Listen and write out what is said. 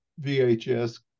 VHS